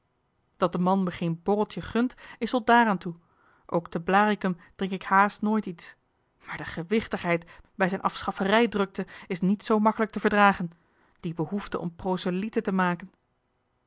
dat de man me geen borreltje gunt is tot daar aan toe ook te blaricum drink ik hààst nooit iets maar de gewichtigheid bij zijn afschafferij drukte is niet zoo makkelijk te verdragen die behoefte om proselieten te maken